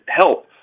help